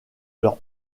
leur